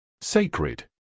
Sacred